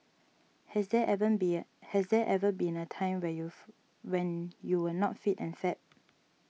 has there ever been has there ever been a time when you when you were not fit and fab